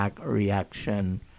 reaction